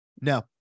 No